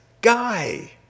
guy